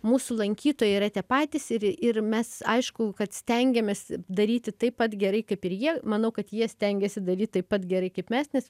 mūsų lankytojai yra tie patys ir ir mes aišku kad stengiamės daryti taip pat gerai kaip ir jie manau kad jie stengiasi daryt taip pat gerai kaip mes nes